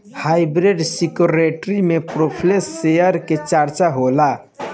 hybrid security में preference share के चर्चा होला